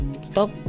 stop